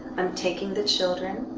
i'm taking the children.